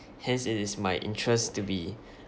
hence it is my interest to be